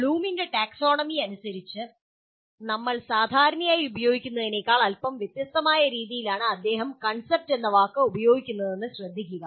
ബ്ലൂമിന്റെ taxonomy അനുസരിച്ച് നമ്മൾ സാധാരണയായി ഉപയോഗിക്കുന്നതിനേക്കാൾ അല്പം വ്യത്യസ്തമായ രീതിയിലാണ് അദ്ദേഹം "കൺസെപ്റ്റ്" എന്ന വാക്ക് ഉപയോഗിക്കുന്നതെന്ന് ശ്രദ്ധിക്കുക